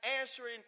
answering